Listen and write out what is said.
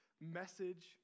message